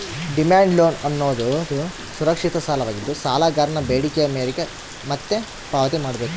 demand loan ಅನ್ನೋದುದು ಸುರಕ್ಷಿತ ಸಾಲವಾಗಿದ್ದು, ಸಾಲಗಾರನ ಬೇಡಿಕೆಯ ಮೇರೆಗೆ ಮತ್ತೆ ಪಾವತಿ ಮಾಡ್ಬೇಕು